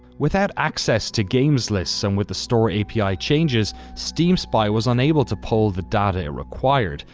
without access to games lists and with the store api changes, steam spy was unable to poll the data it required.